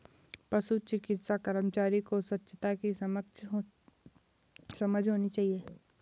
पशु चिकित्सा कर्मचारी को स्वच्छता की समझ होनी चाहिए